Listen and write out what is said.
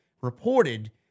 reported